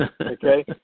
Okay